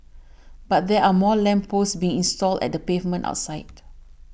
but there are more lamp posts being installed at the pavement outside